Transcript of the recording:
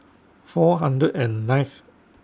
four hundred and nineth